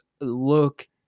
look